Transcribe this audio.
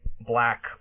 black